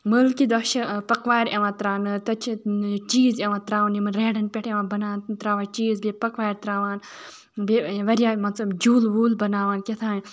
مٲلہٕ کہِ دۄہ چھِ پکوارِ یِوان تراونہٕ تَتہِ چھِ چیٖز یِوان تراونہٕ یِمن ریڈن پٮ۪ٹھ یِوان بنان تراوان چیٖز بیٚیہِ پَکوارِ تراوان بیٚیہِ واریاہ مان ژٕ جوٗلہٕ ووٗلہٕ بَناوان کیاہ تام